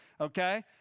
okay